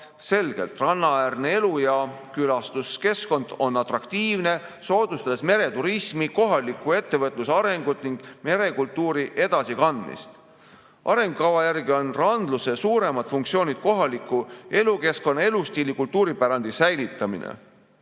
"Rannaäärne elu- ja külastuskeskkond on atraktiivne, soodustades mereturismi ja kohaliku ettevõtluse arengut ning merekultuuri edasikandmist. "Arengukava järgi on: "Randluse suuremad funktsioonid on kohaliku elukeskkonna, elustiili ja kultuuripärandi säilitamine,